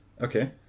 okay